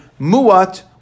Mu'at